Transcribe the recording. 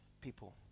people